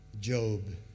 Job